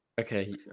Okay